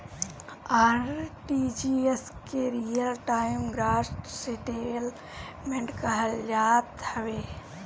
RTGS के real time gross settlement कहल जात हवे